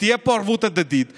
תהיה פה ערבות הדדית ואנחנו,